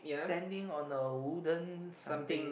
standing on a wooden something